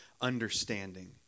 Understanding